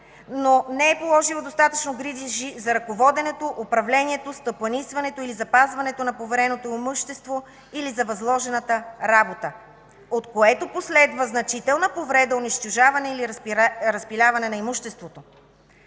– не е положило достатъчно грижи за ръководенето, управлението, стопанисването и запазването на повереното му имущество или за възложената работа, от което последва значителна повреда, унищожаване и разпиляване на имуществото.